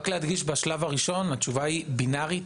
בשלב הראשון היא בינארית,